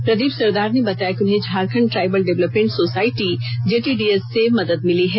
प्रदीप सरदार ने बताया कि उन्हें Jharkhand tribal development society JTDS से उन्हें मदद मिली है